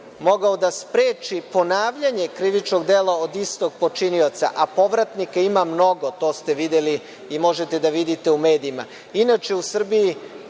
mogao da spreči ponavljanje krivičnog dela od istog počinioca, a povratnika ima mnogo, to ste videli i možete da vidite u medijima. Inače u Srbiji